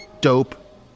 dope